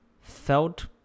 felt